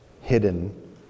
hidden